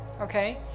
Okay